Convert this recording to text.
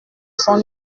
son